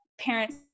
parents